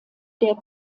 der